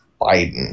Biden